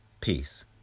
Peace